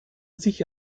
sich